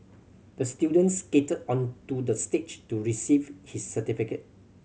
the student skated onto the stage to receive his certificate